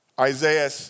Isaiah